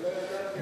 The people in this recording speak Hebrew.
ולא ידעתי.